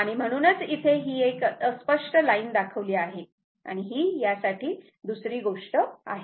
आणि म्हणूनच इथे ही एक अस्पष्ट लाईन दाखवली आहे आणि ही यासाठी दुसरी गोष्ट आहे